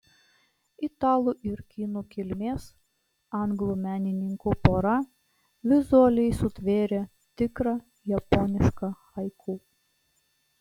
italų ir kinų kilmės anglų menininkų pora vizualiai sutvėrė tikrą japonišką haiku